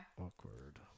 Awkward